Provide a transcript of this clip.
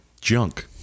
junk